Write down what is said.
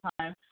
time